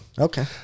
Okay